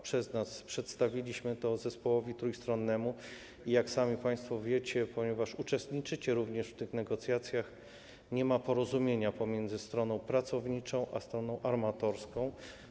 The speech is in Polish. Przedstawiliśmy to zespołowi trójstronnemu i jak sami państwo wiecie, ponieważ uczestniczycie również w tych negocjacjach, nie ma porozumienia pomiędzy stroną pracowniczą a stroną armatorską.